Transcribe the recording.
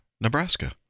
Nebraska